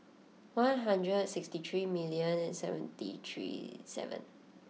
one hundred and sixty three million and seventy three seven